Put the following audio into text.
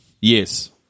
Yes